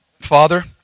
Father